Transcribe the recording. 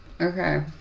Okay